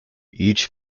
each